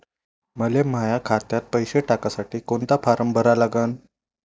मले माह्या खात्यात पैसे टाकासाठी कोंता फारम भरा लागन?